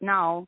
Now